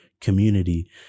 community